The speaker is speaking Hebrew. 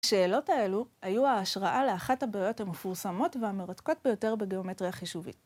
שאלות האלו היו ההשראה לאחת הבעיות המפורסמות והמרתקות ביותר בגיאומטריה חישובית.